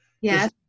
Yes